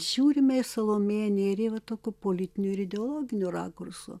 žiūrime į salomėją nėrį va tokiu politiniu ideologiniu rakursu